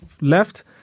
left